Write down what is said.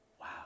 Wow